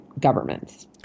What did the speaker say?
governments